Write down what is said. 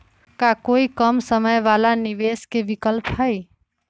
का कोई कम समय वाला निवेस के विकल्प हई?